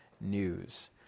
news